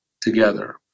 together